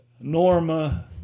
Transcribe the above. Norma